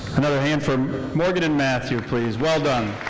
another hand for morgan and matthew please. well done.